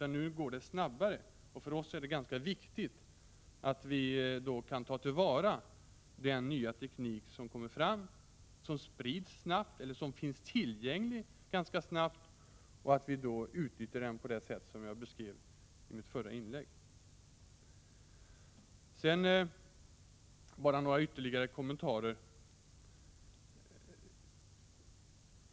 Nu går det snabbare, och för oss är det viktigt att vi kan ta till vara den nya teknik som kommer fram och som sprids snabbt — eller finns tillgänglig ganska snabbt — och att vi utnyttjar den på det sätt som jag beskrev i mitt förra inlägg. Sedan vill jag bara göra några ytterligare kommentarer.